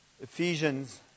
Ephesians